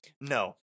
No